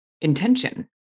intention